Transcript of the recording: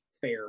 fair